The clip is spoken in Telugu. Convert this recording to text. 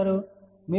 మీరు j 0